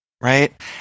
right